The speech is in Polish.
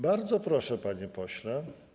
Bardzo proszę, panie pośle.